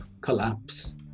collapse